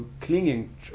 clinging